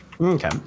Okay